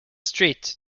street